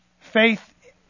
faith